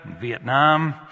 Vietnam